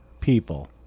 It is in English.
people